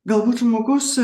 galbūt žmogus